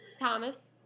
Thomas